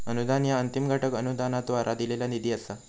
अनुदान ह्या अंतिम घटक अनुदानाद्वारा दिलेला निधी असा